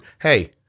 hey